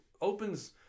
opens